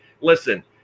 listen